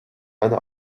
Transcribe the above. eine